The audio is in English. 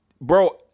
bro